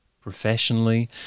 professionally